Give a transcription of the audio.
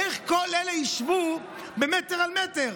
איך כל אלה ישבו במטר על מטר?